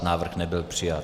Návrh nebyl přijat.